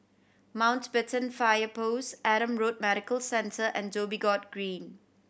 Mountbatten Fire Post Adam Road Medical Centre and Dhoby Ghaut Green